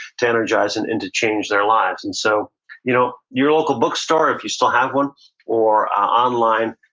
to energize and and to change their lives. and so you know your local bookstore, if you still have one or online,